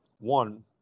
One